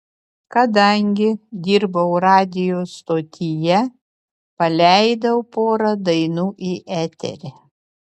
kadangi dirbau radijo stotyje paleidau porą dainų į eterį